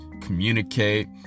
Communicate